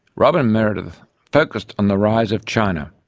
robyn meredith focused on the rise of china.